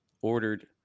ordered